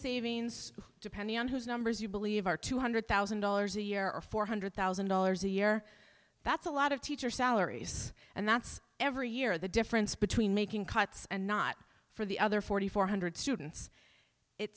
savings depending on whose numbers you believe are two hundred thousand dollars a year or four hundred thousand dollars a year that's a lot of teacher salaries and that's every year the difference between making cuts and not for the other forty four hundred students it